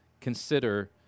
consider